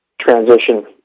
transition